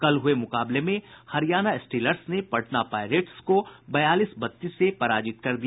कल हुये मुकाबले में हरियाणा स्टीलर्स ने पटना पायरेट्स को बयालीस बत्तीस से पराजित कर दिया